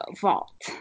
vault